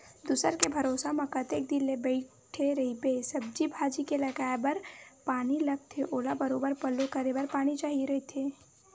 दूसर के भरोसा म कतेक दिन ले बइठे रहिबे, सब्जी भाजी के लगाये बर पानी लगथे ओला बरोबर पल्लो करे बर पानी चाही रहिथे